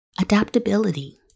Adaptability